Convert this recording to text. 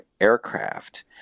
aircraft